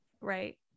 Right